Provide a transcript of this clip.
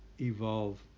evolve